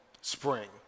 spring